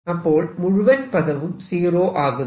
അപ്പോൾ മുഴുവൻ പദവും സീറോ ആകുന്നു